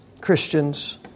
Christians